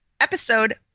episode